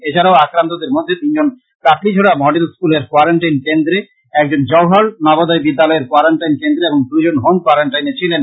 এছাড়াও আক্রান্তদের মধ্যে তিনজন কাটলিছড়া মডেল স্কুলের কোয়ারেনটাইন কেন্দ্রে একজন জওহর নবোদয় বিদ্যালয়ের কোয়ারেনটাইন কেন্দ্রে এবং দুজন হোম কোয়ারেনটাইনে ছিলেন